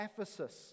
Ephesus